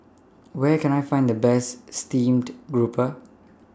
Where Can I Find The Best Steamed Grouper